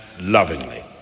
lovingly